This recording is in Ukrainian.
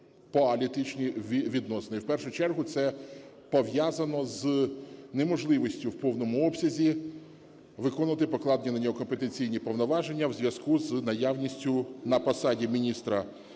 в першу чергу це пов'язано з неможливістю в повному обсязі виконувати покладені на нього компетенційні повноваження в зв'язку з наявністю на посаді міністра закордонних